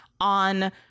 on